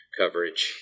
coverage